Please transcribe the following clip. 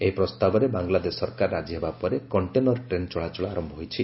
ଏହି ପ୍ରସ୍ତାବରେ ବାଂଲାଦେଶ ସରକାର ରାଜି ହେବା ପରେ କଣ୍ଟେନର ଟେନ୍ ଚଳାଚଳ ଆରମ୍ଭ ହୋଇଛି